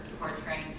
portraying